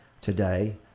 today